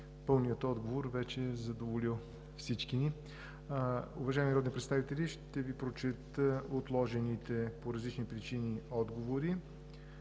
пълният отговор е задоволил вече всички ни. Уважаеми народни представители, ще Ви прочета отложените по различни причини отговори.